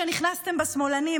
שנכנסתם בשמאלנים,